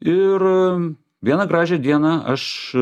ir vieną gražią dieną aš